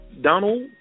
Donald